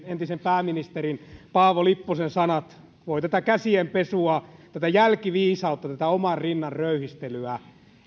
entisen pääministerin paavo lipposen sanat voi tätä käsien pesua tätä jälkiviisautta tätä oman rinnan röyhistelyä